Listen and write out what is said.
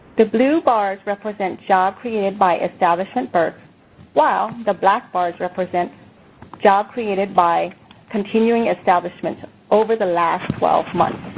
the blue bars represent jobs created by establishment firms while the black bars represent jobs created by continuing establishments over the last twelve months.